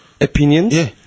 opinions